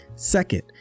Second